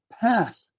path